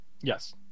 Yes